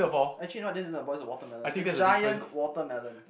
actually you know what this is not a ball this is a watermelon it's a giant watermelon